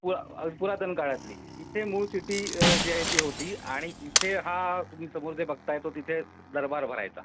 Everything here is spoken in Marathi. पु पुरातन काळातली इथे मूळ सिट्टी जी आहे ती होती आणि इथे हा तुम्ही समोर जे बघत आहे तो तिथे दरबार भरायचा